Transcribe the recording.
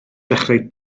dechrau